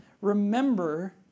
Remember